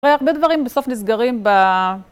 הרי הרבה דברים בסוף נסגרים ב...